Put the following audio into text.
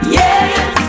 yes